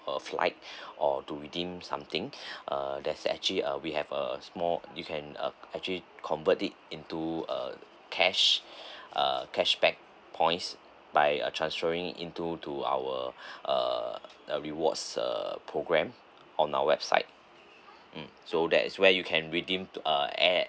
a flight or to redeem something uh there's actually uh we have a small you can uh actually convert it into uh cash uh cashback points by uh transferring into to our uh the rewards uh program on our website mm so that is where you can redeem uh air